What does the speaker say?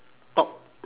top